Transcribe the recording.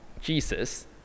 Jesus